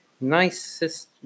nicest